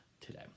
today